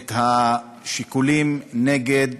את השיקולים נגד